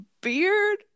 beard